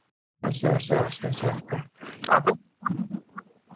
اَچھا اَچھا اَچھا اچھا اچھا اَتھ منٛز